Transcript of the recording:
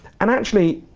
and actually,